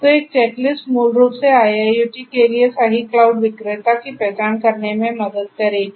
तो एक चेकलिस्ट मूल रूप से IIoT के लिए सही क्लाउड विक्रेता की पहचान करने में मदद करेगी